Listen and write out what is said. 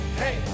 hey